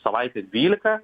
savaitę dvylika